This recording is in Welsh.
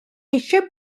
eisiau